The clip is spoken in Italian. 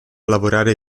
lavorare